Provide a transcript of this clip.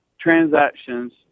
transactions